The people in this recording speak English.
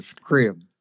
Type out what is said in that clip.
crib